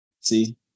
See